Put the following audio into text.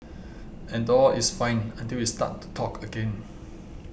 and all is fine until it start to talk again